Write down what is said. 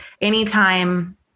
anytime